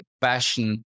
passion